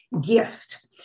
gift